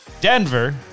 Denver